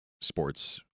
sports